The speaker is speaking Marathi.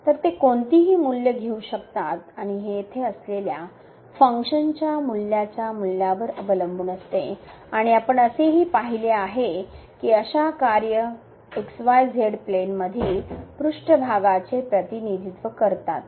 तर ते कोणतीही मूल्ये घेऊ शकतात आणि हे येथे असलेल्या फंक्शन च्या मूल्याच्या मूल्यावर अवलंबून असते आणि आपण असेही पाहिले आहे की अशा कार्ये xyz प्लेनमधील पृष्ठभागाचे प्रतिनिधित्व करतात